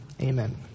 amen